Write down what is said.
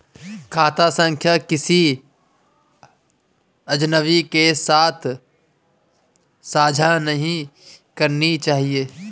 खाता संख्या किसी अजनबी के साथ साझा नहीं करनी चाहिए